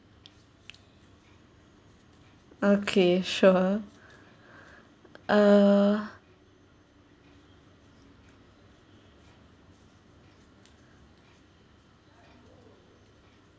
okay sure uh